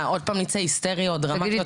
מה, עוד נצא היסטריות, דרמטיות?